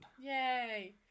Yay